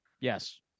Yes